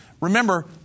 Remember